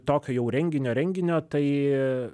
tokio jau renginio renginio tai